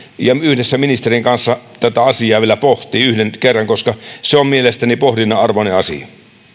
ja yhdessä ministeriön kanssa tätä asiaa vielä pohtii yhden kerran koska se on mielestäni pohdinnan arvoinen asia